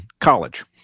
College